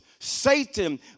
Satan